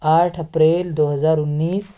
آٹھ اپریل دو ہزار انیس